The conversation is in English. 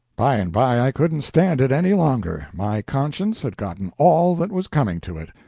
by and by i couldn't stand it any longer. my conscience had gotten all that was coming to it.